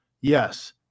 Yes